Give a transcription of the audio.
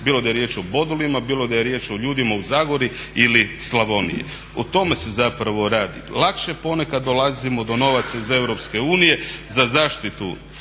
bilo da je riječ o bodulima, bilo da je riječ o ljudima u Zagori ili Slavoniji. O tome se zapravo radi. Lakše ponekad dolazimo do novaca iz EU za zaštitu flore,